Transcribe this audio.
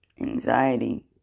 anxiety